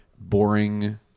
boring